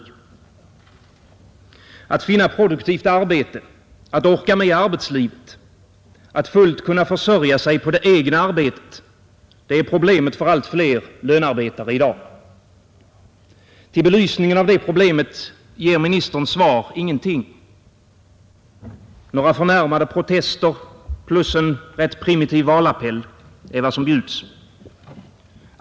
Att finna produktivt arbete, att orka med arbetslivet, att fullt kunna försörja sig på det egna arbetet — det är problemet för allt fler lönearbetare i dag. Till belysningen av det problemet ger inrikesministerns svar ingenting. Några förnärmade protester plus en rätt primitiv valappell är vad som bjuds.